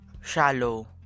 shallow